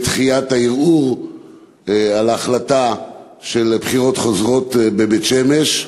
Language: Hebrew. דחיית הערעור על ההחלטה של בחירות חוזרות בבית-שמש.